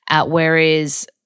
Whereas